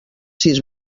sis